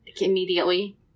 immediately